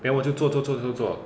then 我就做做做做做